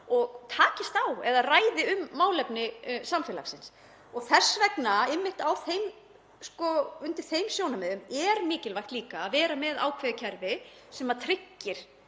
og takist á eða ræði um málefni samfélagsins. Þess vegna, út frá einmitt þeim sjónarmiðum, er mikilvægt líka að vera með ákveðið kerfi sem tryggir